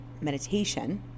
meditation